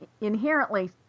inherently